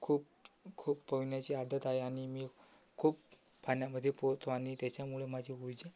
खूप खूप पोहण्याची आदत आहे आणि मी खूप पाण्यामध्ये पोहतो आणि त्याच्यामुळे माझी ऊर्जा